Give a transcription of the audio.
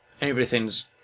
everything's